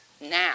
now